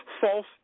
false